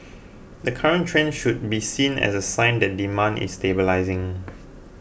the current trend should be seen as a sign that demand is stabilising